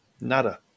nada